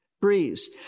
breeze